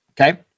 Okay